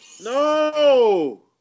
No